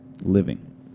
Living